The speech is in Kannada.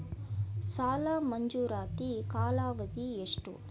ಸಾಲ ಮಂಜೂರಾತಿ ಕಾಲಾವಧಿ ಎಷ್ಟು?